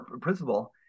principle